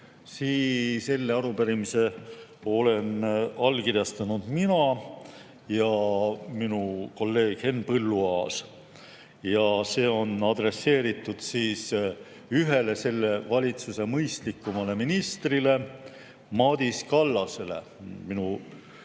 Selle arupärimise oleme allkirjastanud mina ja minu kolleeg Henn Põlluaas ning see on adresseeritud ühele selle valitsuse mõistlikumale ministrile, Madis Kallasele. Minu